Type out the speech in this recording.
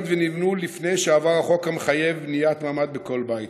היות שנבנו לפני שעבר החוק המחייב בניית ממ"ד בכל בית.